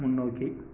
முன்னோக்கி